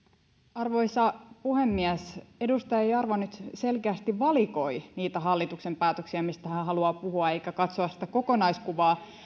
arvoisa puhemies edustaja jarva nyt selkeästi valikoi niitä hallituksen päätöksiä mistä hän haluaa puhua eikä halua katsoa sitä kokonaiskuvaa